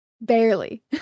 Barely